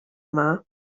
yma